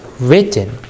written